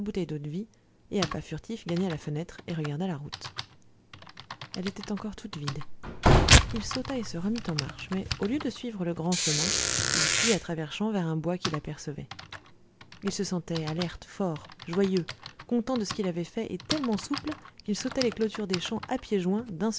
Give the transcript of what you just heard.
et à pas furtifs gagna la fenêtre et regarda la route elle était encore toute vide il sauta et se remit en marche mais au lieu de suivre le grand chemin il fuit à travers champs vers un bois qu'il apercevait il se sentait alerte fort joyeux content de ce qu'il avait fait et tellement souple qu'il sautait les clôtures des champs à pieds joints